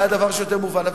זה היה דבר שהוא יותר מובן.